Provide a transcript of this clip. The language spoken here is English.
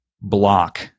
block